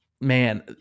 man